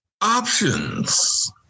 options